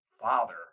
Father